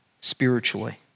spiritually